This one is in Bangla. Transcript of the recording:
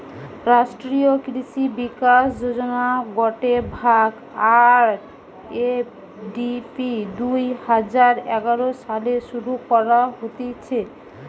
রাষ্ট্রীয় কৃষি বিকাশ যোজনার গটে ভাগ, আর.এ.ডি.পি দুই হাজার এগারো সালে শুরু করা হতিছে